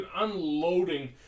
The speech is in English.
unloading